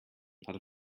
not